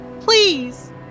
please